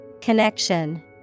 Connection